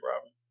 Robin